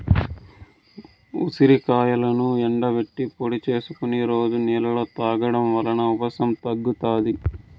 ఉసిరికాయలను ఎండబెట్టి పొడి చేసుకొని రోజు నీళ్ళలో తాగడం వలన ఉబ్బసం తగ్గుతాది